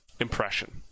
Impression